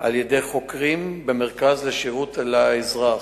על-ידי חוקרים במרכז לשירות לאזרח,